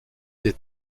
des